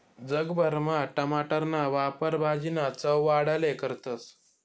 जग भरमा टमाटरना वापर भाजीना चव वाढाले करतस